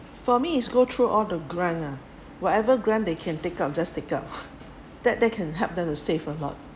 for me is go through all the grant lah whatever grant they can take out just take out that they can help them to save a lot